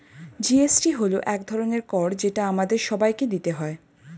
GST হল এক ধরনের কর যেটা আমাদের সবাইকে দিতে হয়